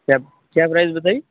क्या क्या प्राइस बताई